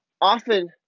often